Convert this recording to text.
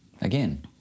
Again